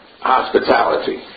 Hospitality